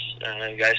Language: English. guys